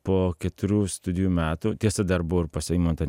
po keturių studijų metų tiesa dar buvo ir pas eimuntą